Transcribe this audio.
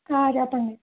చెప్పండి